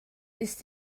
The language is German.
ist